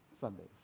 Sundays